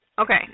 Okay